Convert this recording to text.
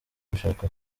gushaka